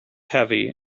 heavy